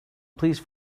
please